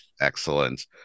excellent